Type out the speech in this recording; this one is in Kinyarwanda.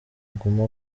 aguma